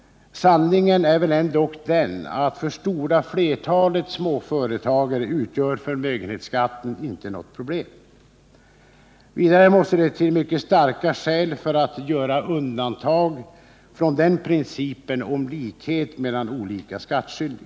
Sanningen är väl ändock den att förmögenhetsskatten för det stora flertalet småföretagare inte utgör något problem. Vidare måste det till mycket starka skäl för att göra undantag från principen om likhet mellan olika skattskyldiga.